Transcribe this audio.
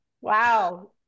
Wow